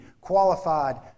qualified